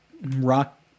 rock